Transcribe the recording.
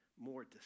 more